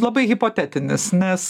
labai hipotetinis nes